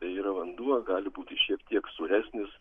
tai yra vanduo gali būti šiek tiek sūresnis